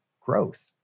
growth